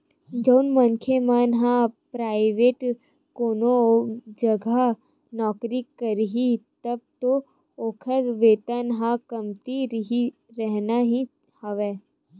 जउन मनखे मन ह पराइवेंट कोनो जघा नौकरी करही तब तो ओखर वेतन ह कमती रहिना ही हवय